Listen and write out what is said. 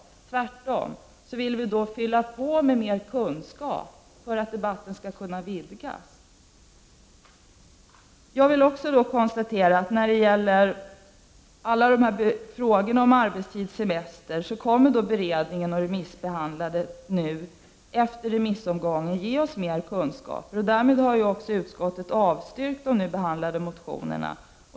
Tvärtom vill vi fylla på med mer kunskap för att debatten skall kunna vidgas. Jag konstaterar att vi när det gäller alla de här frågorna om arbetstid och semester kommer att få mer kunskap efter beredningen och remissomgången. Därför har också utskottet avstyrkt de behandlade motionerna.